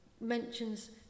mentions